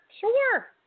Sure